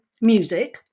music